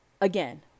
Again